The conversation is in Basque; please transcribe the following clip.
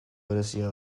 berezia